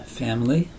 family